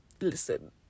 listen